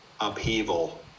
upheaval